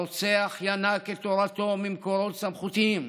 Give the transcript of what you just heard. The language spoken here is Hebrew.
הרוצח ינק את תורתו ממקורות סמכותיים,